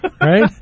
right